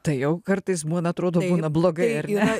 tai jau kartais būna atrodo būna blogai ar ne